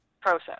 process